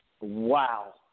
Wow